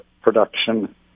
production